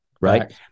right